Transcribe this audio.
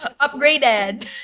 Upgraded